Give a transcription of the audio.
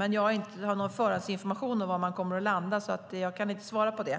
Men jag har inte någon förhandsinformation om var man kommer att landa, så jag kan inte svara på det